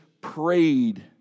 prayed